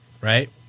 right